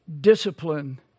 discipline